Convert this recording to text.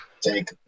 take